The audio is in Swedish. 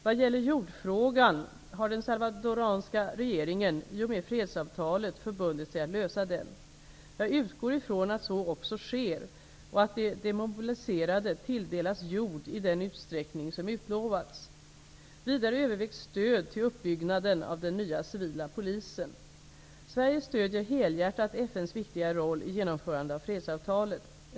Vad gäller jordfrågan har den salvadoranska regeringen i och med fredsavtalet förbundit sig att lösa den. Jag utgår ifrån att så också sker, och att de demobiliserade tilldelas jord i den utsträckning som utlovats. Vidare övervägs stöd till uppbyggnaden av den nya civila polisen. Sverige stödjer helhjärtat FN:s viktiga roll i genomförandet av fredsavtalet.